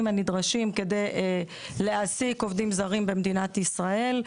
הנדרשים כדי להעסיק עובדים זרים במדינת ישראל,